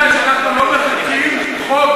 הסיבה היחידה שאנחנו לא מחוקקים חוק